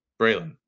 braylon